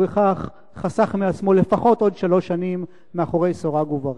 ובכך חסך מעצמו לפחות עוד שלוש שנים מאחורי סורג ובריח.